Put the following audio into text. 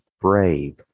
Brave